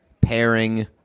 pairing